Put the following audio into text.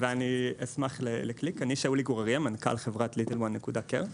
מנכ"ל חברת LittleOne.Care.